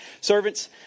Servants